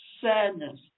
sadness